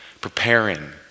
preparing